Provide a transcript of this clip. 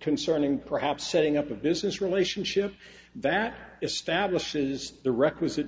concerning perhaps setting up a business relationship that establishes the requisite